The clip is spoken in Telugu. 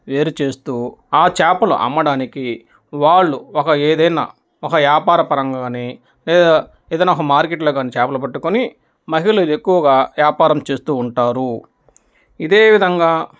వేరు చేస్తూ ఆ చేపలు అమ్మడానికి వాళ్ళు ఒక ఏదైనా ఒక వ్యాపారపరంగా కానీ లేదా ఏదైనా ఒక మార్కెట్లో కానీ చేపలు పట్టుకుని మహిళలు ఎక్కువగా వ్యాపారం చేస్తూ ఉంటారు ఇదే విధంగా